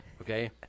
Okay